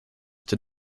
did